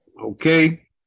Okay